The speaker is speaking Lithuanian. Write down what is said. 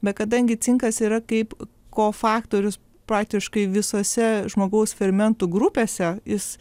bet kadangi cinkas yra kaip kofaktorius praktiškai visose žmogaus fermentų grupėse jis